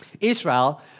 Israel